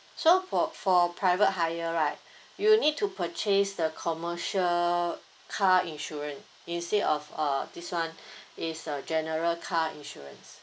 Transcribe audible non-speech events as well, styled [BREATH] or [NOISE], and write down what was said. so for for private hire right you need to purchase the commercial car insurance instead of uh this one [BREATH] is a general car insurance